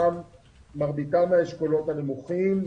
מרביתם מהאשכולות הנמוכים,